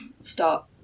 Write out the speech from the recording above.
start